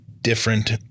different